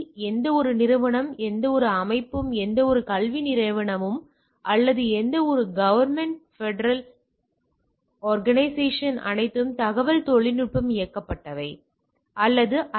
எனவே எந்தவொரு நிறுவனமும் எந்தவொரு அமைப்பும் எந்தவொரு கல்வி நிறுவனமும் அல்லது எந்தவொரு கவர்ன்மெண்ட் பெடரல் அர்கனைசஷன்ஸ் அனைத்தும் தகவல் தொழில்நுட்பம் இயக்கப்பட்டவை அல்லது ஐ